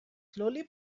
slowly